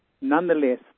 Nonetheless